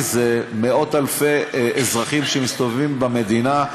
יש מאות-אלפי אזרחים שמסתובבים במדינה,